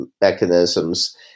mechanisms